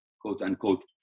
quote-unquote